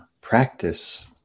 practice